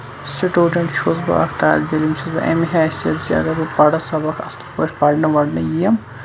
student چھُس بہٕ اکھ طالبہٕ علم چھُس بہٕ اَمہِ حیثیت زِ اَگر بہٕ پَرٕ سَبق اَصٕل پٲٹھۍ پَرنہٕ وَرنہٕ یِیم